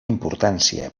importància